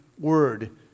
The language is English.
word